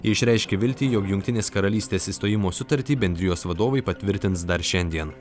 jie išreiškė viltį jog jungtinės karalystės išstojimo sutartį bendrijos vadovai patvirtins dar šiandien